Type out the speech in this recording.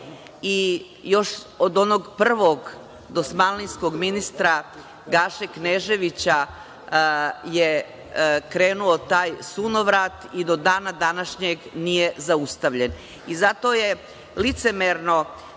i još od onog prvog dosmanlijskog ministra Gaše Kneževića je krenuo taj sunovrat i do dana današnjeg nije zaustavljen. Zato je licemerno